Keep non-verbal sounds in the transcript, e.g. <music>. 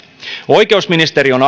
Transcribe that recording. oikeusministeri on <unintelligible>